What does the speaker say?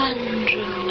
Andrew